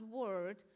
word